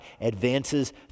advances